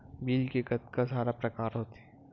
Bill के कतका सारा प्रकार होथे?